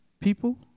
people